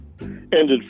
ended